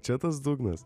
čia tas dugnas